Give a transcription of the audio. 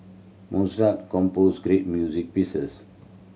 Mozart composed great music pieces